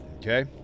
Okay